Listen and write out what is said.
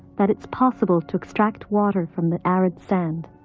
that it's possible to extract water from the arid sand.